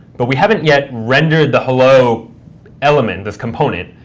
but we haven't yet rendered the hello element, this component,